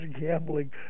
gambling